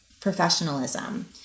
professionalism